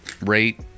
rate